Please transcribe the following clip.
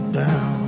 down